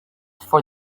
for